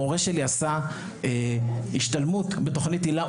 מורה שלי עשה השתלמות בתוכנית היל"ה,